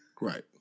right